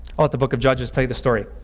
i'll let the book of judges tell you the story.